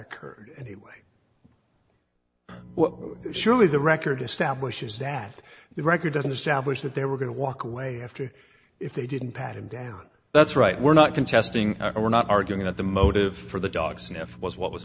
occurred anyway surely the record establishes that the record doesn't establish that they were going to walk away after if they didn't pat him down that's right we're not contesting we're not arguing about the motive for the dog sniff was what was